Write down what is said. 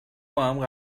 باهم